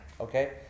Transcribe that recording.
Okay